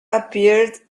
appeared